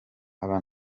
aba